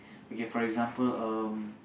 okay for example um